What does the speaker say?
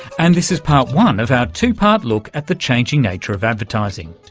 and this is part one of our two-part look at the changing nature of advertising.